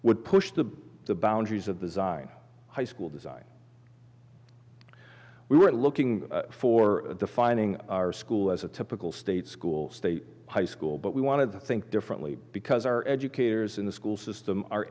would push the boundaries of the design high school design we were looking for defining our school as a typical state school state high school but we wanted to think differently because our educators in the school system are